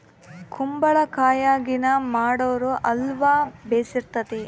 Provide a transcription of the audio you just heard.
ಕುಂಬಳಕಾಯಗಿನ ಮಾಡಿರೊ ಅಲ್ವ ಬೆರ್ಸಿತತೆ